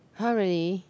!huh! really